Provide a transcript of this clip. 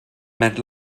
met